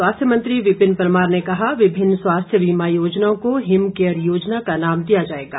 स्वास्थ्य मंत्री विपिन परमार ने कहा विभिन्न स्वास्थ्य बीमा योजनाओं को हिम केयर योजना का नाम दिया जाएगा